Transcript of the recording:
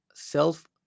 Self